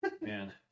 Man